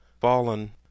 Fallen